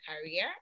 career